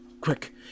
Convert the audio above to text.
Quick